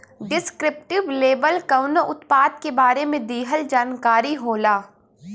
descriptive label कउनो उत्पाद के बारे में दिहल जानकारी होला